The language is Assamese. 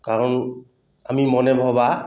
কাৰণ আমি মনে ভবা